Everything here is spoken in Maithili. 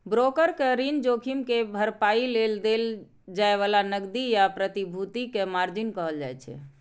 ब्रोकर कें ऋण जोखिम के भरपाइ लेल देल जाए बला नकदी या प्रतिभूति कें मार्जिन कहल जाइ छै